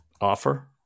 offer